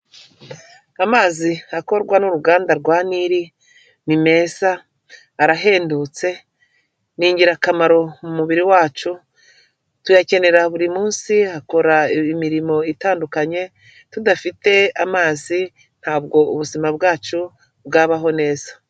Amazi akorwa n'uruganda rwa Nili, ni meza, arahendutse, ni ingirakamaro mu mubiri wacu, tuyakenera buri munsi, akora imirimo itandukanye, tudafite amazi ntabwo ubuzima bwacu bwabaho neza.